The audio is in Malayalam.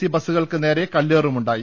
സി ബസു കൾക്ക് നേരെ കല്ലേറുമുണ്ടായി